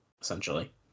essentially